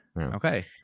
Okay